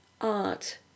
art